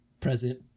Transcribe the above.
present